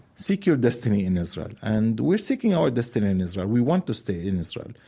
seek your destiny in israel. and we're seeking our destiny in israel. we want to stay in israel.